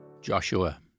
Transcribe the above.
Joshua